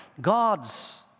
God's